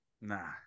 Nah